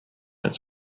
its